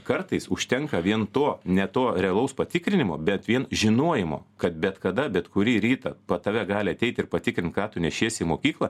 kartais užtenka vien to ne to realaus patikrinimo bet vien žinojimo kad bet kada bet kurį rytą tave gali ateit ir patikrint ką tu nešiesi į mokyklą